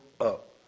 up